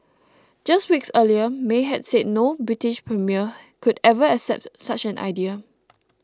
just weeks earlier May had said no British premier could ever accept such an idea